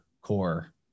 core